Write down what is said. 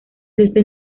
desde